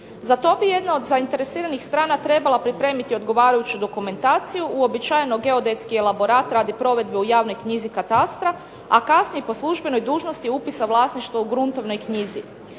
Za to bi jedna od zainteresiranih strana trebala pripremiti odgovarajuću dokumentaciju, uobičajeno geodetski elaborat radi provedbe u javnoj knjizi katastra, a kasnije po službenoj dužnosti upisa vlasništva u gruntovnoj knjizi.